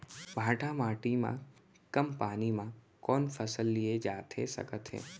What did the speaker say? भांठा माटी मा कम पानी मा कौन फसल लिए जाथे सकत हे?